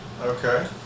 Okay